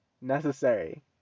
necessary